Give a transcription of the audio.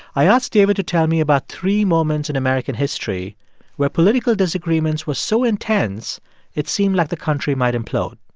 i asked david to tell me about three moments in american history where political disagreements were so intense it seemed like the country might implode.